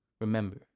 remember